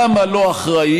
כמה לא אחראי,